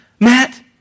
Matt